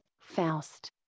Faust